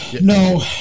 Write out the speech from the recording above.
No